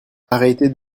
arrêtez